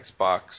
Xbox